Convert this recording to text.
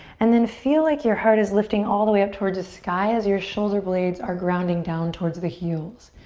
and then feel like your heart is lifting all the way up towards the sky as your shoulder blades are grounding down towards the heels.